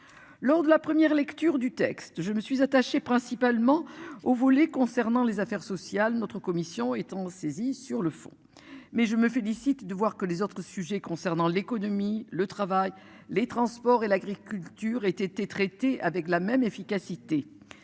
Lors de la première lecture du texte. Je me suis attaché principalement au volet concernant les affaires sociales notre commission étant saisie sur le fond mais je me félicite de voir que les autres sujets concernant l'économie, le travail, les transports et l'agriculture ait été traité avec la même efficacité.